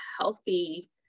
healthy